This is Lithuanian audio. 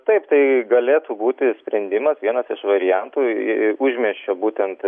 taip tai galėtų būti sprendimas vienas iš variantų į užmiesčio būtent